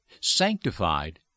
sanctified